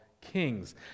kings